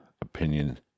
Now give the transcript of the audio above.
opinion